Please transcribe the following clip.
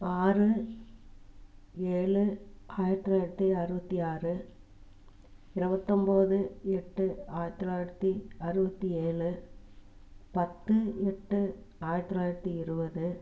ஆறு ஏழு ஆயிரத்தி தொள்ளாயிரத்தி அறுபத்தி ஆறு இருவத்தொம்பது எட்டு ஆயிரத்தி தொள்ளாயிரத்தி அறுபத்தி ஏழு பத்து எட்டு ஆயிரத்தி தொள்ளாயிரத்தி இருபது